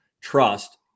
trust